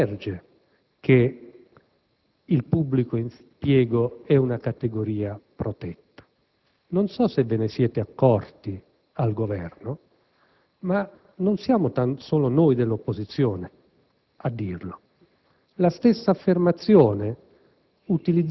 Da quei dati emerge che il pubblico impiego è una categoria protetta. Non so se ve ne siete accorti, al Governo, ma non siamo solo noi dell'opposizione a dirlo.